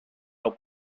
nou